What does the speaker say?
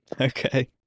okay